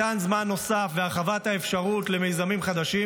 מתן זמן נוסף והרחבת האפשרות למיזמים חדשים